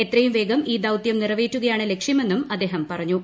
എത്രയും വേഗം ഈ ദൌത്യം നിറവേറ്റുകയാണ് ലക്ഷ്യമെന്നും അദ്ദേഹം പറഞ്ഞു